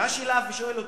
ניגש אליו ושואל אותו: